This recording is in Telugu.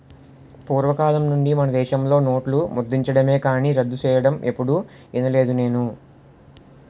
పూర్వకాలం నుండి మనదేశంలో నోట్లు ముద్రించడమే కానీ రద్దు సెయ్యడం ఎప్పుడూ ఇనలేదు నేను